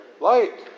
light